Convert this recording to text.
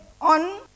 on